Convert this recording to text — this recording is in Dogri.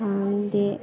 ते